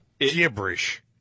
gibberish